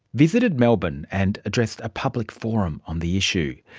visited melbourne and addressed a public forum on the issue.